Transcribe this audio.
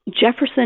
Jefferson